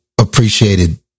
appreciated